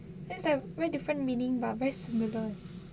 that's ah very different meaning but very similar leh